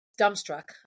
dumbstruck